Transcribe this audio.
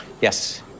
Yes